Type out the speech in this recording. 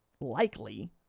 likely